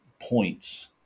points